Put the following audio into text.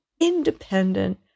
independent